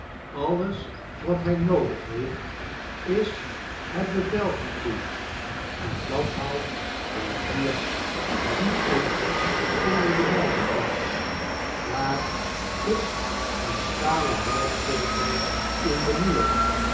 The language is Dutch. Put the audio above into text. alles wat hy noodig geen uitweg heeft is het bevel er toe en dat haalt hy hier zie eens onder de wyzerplaat daar is een stalen half-cirkel in den muur